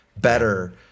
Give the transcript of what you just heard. better